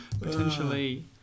potentially